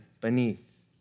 beneath